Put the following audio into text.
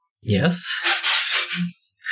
Yes